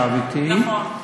ויטראוב ישב אתי, נכון.